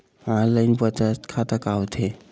Online बचत खाता का होथे?